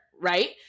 right